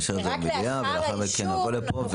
נעלה לאישור במליאה ולאחר מכן נבוא לכאן.